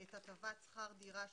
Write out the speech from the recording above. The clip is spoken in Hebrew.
את הטבת שכר הדירה,